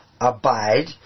abide